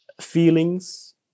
Feelings